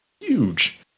Huge